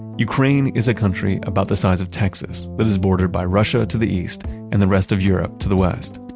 ukraine is a country about the size of texas that is bordered by russia to the east and the rest of europe to the west.